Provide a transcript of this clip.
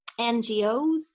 NGOs